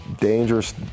dangerous